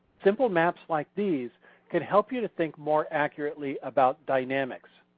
simple maps like these can help you to think more accurately about dynamics.